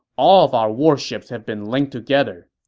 all our warships have been linked together,